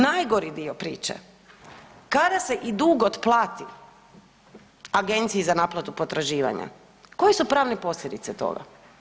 Najgori dio priče, kada se dug i otplati agenciji za naplatu potraživanja koje su pravne posljedice toga?